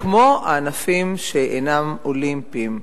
כמו הענפים האולימפיים.